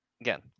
Again